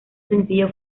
sencillo